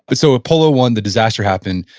but so apollo one, the disaster happened,